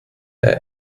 der